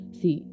see